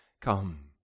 come